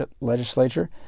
legislature